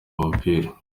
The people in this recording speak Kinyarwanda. umupira